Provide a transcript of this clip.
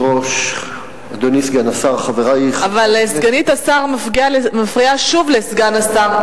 אבל סגנית השר מפריעה שוב לסגן השר,